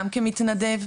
גם כמתנדב,